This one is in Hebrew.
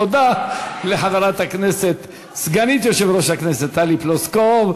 תודה לחברת הכנסת וסגנית יושב-ראש הכנסת טלי פלוסקוב.